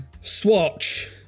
Swatch